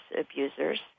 abusers